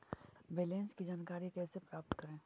Balance की जानकारी कैसे प्राप्त करे?